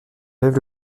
lève